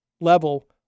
level